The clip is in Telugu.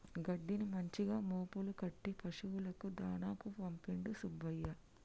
గడ్డిని మంచిగా మోపులు కట్టి పశువులకు దాణాకు పంపిండు సుబ్బయ్య